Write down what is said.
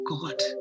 God